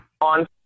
On